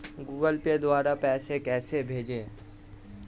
Google Pay द्वारा पैसे कैसे भेजें?